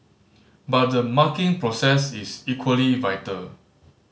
but the marking process is equally vital